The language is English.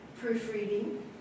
proofreading